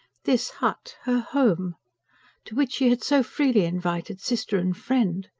this hut her home to which she had so freely invited sister and friend!